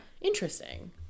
Interesting